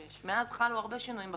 מאז חלו הרבה שינויים בקרקע.